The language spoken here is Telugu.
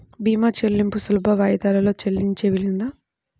భీమా చెల్లింపులు సులభ వాయిదాలలో చెల్లించే వీలుందా?